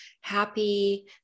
happy